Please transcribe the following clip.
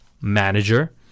manager